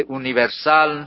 universal